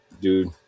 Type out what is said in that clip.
dude